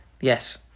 Yes